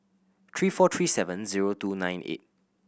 three four three seven zero two nine eight